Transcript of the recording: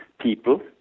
people